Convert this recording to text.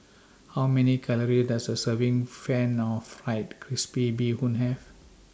How Many Calories Does A Serving of Pan Fried Crispy Bee Hoon Have